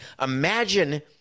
Imagine